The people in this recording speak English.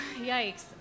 yikes